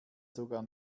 sogar